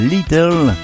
Little